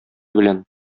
белән